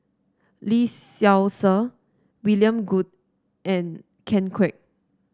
Lee Seow Ser William Goode and Ken Kwek